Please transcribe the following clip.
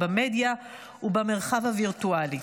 במדיה ובמרחב הווירטואלי.